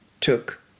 took